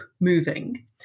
moving